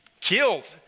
killed